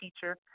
teacher